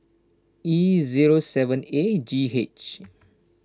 E zero seven A G H